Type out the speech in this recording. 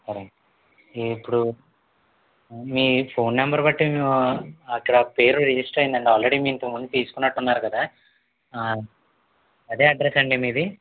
సరే అండీ ఇప్పుడు మీ ఫోన్ నెంబర్ బట్టి అక్కడ పేరు రిజిస్టర్ అయ్యిందండి ఆల్రెడీ మీరు ఇంతకు ముందు తీసుకున్నట్టున్నారు కదా అదే అడ్రస్ అండీ మీది